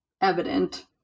evident